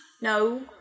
No